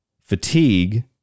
fatigue